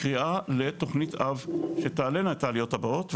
קריאה לתוכנית אב שתעלינה את העליות הבאות.